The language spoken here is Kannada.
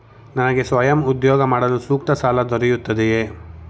ನನಗೆ ಸ್ವಯಂ ಉದ್ಯೋಗ ಮಾಡಲು ಸೂಕ್ತ ಸಾಲ ದೊರೆಯುತ್ತದೆಯೇ?